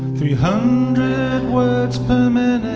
three hundred words per um ah